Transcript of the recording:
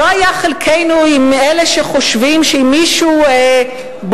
לא היה חלקנו עם אלה שחושבים שאם מישהו בוגד,